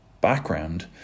background